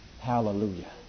Hallelujah